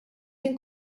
jien